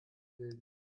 bilden